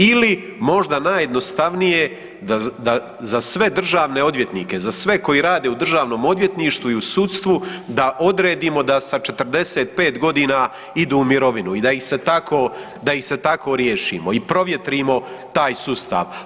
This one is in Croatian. Ili možda najjednostavnije, da za sve državne odvjetnike, za sve koji rade u Državnom odvjetništvu i u sudstvu, da odredimo da sa 45 godina idu u mirovinu i da ih se tako riješimo i provjetrimo taj sustav.